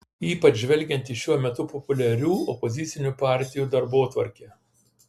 ypač žvelgiant į šiuo metu populiarių opozicinių partijų darbotvarkę